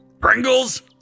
Pringles